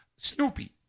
Snoopy